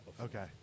okay